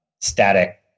static